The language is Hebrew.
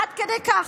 עד כדי כך.